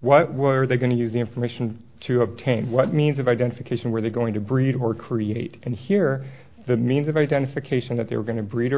what were they going to use the information to obtain what means of identification were they going to breed or create and here the means of identification that they were going to breed